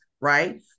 right